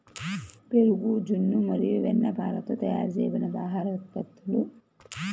పెరుగు, జున్ను మరియు వెన్నపాలతో తయారు చేయబడిన ఆహార ఉత్పత్తులు